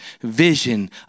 vision